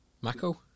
Mako